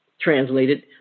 translated